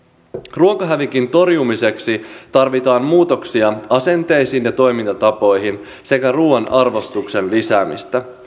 ruokahävikin torjumiseksi tarvitaan muutoksia asenteisiin ja toimintatapoihin sekä ruuan arvostuksen lisäämistä